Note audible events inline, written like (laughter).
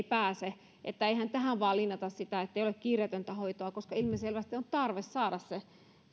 (unintelligible) pääse eihän tähän vaan linjata sitä että on kiireetöntä hoitoa koska ilmiselvästi on tarve saada se